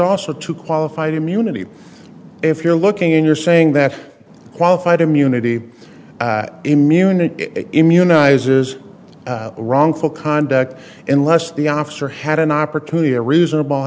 also to qualified immunity if you're looking in you're saying that qualified immunity immunity immunize is wrongful conduct unless the officer had an eye opportunity a reasonable